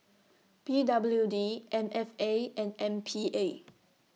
P W D M F A and M P A